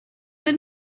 del